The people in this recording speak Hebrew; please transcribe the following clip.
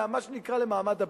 מה שנקרא למעמד הביניים,